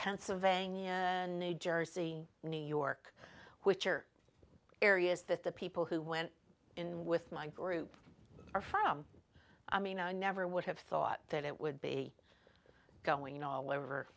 pennsylvania and new jersey new york which are areas that the people who went in with my group or from i mean i never would have thought that it would be going all over